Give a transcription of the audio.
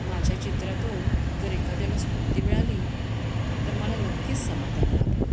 माझ्या चित्रातून जर एखाद्याला स्फूर्ती मिळाली तर मला नक्कीच समाधान लाभेल